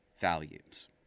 values